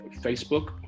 Facebook